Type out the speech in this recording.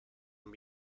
and